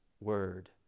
word